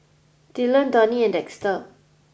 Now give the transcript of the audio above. Dylon Donie and Dexter